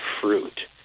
fruit